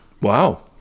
Wow